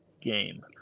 game